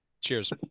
Cheers